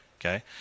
okay